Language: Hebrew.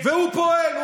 והוא פועל.